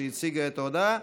שהציגה את ההודעה.